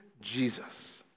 Jesus